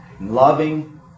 loving